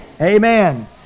Amen